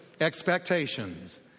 expectations